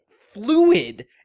fluid